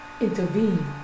intervene